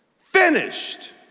finished